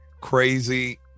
crazy